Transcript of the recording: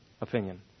opinion